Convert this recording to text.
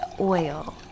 oil